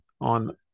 on